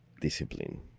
Discipline